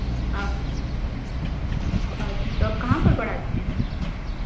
अच्छा तो आप कहाँ पर पढ़ाती हैं